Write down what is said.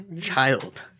Child